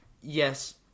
Yes